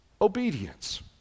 obedience